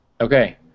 Okay